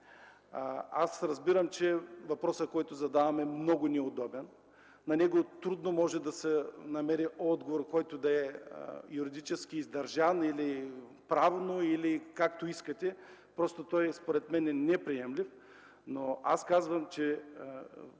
аз разбирам, че въпросът, който задавам, е много неудобен. На него трудно може да се намери отговор, който да е юридически или правно или както искате издържан. Просто той според мен е неприемлив. Но аз казвам, че